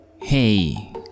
Hey